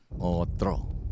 Otro